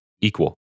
equal